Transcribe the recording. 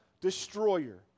destroyer